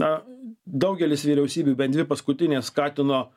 na daugelis vyriausybių bent dvi paskutinės skatino